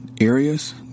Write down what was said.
areas